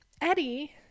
Eddie